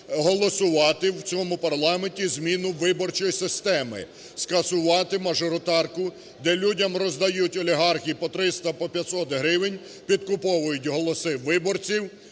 голосувати в цьому парламенті зміну виборчої системи: скасувати мажоритарку, де людям роздають олігархи по 300, по 500 гривень, підкуповують голоси виборців.